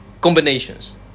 Combinations